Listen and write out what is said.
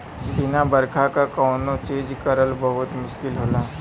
बिना बरखा क कौनो चीज करल बहुत मुस्किल होला